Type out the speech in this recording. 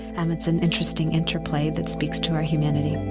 and it's an interesting interplay that speaks to our humanity